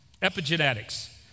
Epigenetics